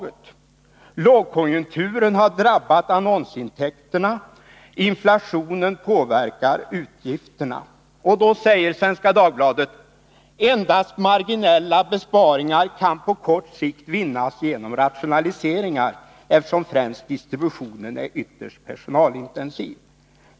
Svenska Dagbladet fortsätter: ”Lågkonjunkturen har drabbat annonsintäkterna. Inflationen påverkar utgifterna. ——— Endast marginella besparingar kan på kort sikt vinnas genom rationaliseringar, eftersom främst distributionen är ytterst personalintensiv.